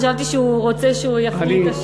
חשבתי שהוא רוצה שהוא יחליף את השעון.